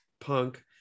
punk